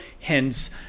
hence